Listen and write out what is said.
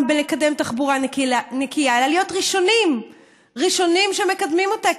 בלקדם תחבורה נקייה אלא להיות ראשונים שמקדמים אותה,